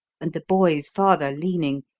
and the boy's father leaning,